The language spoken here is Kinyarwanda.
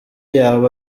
yaba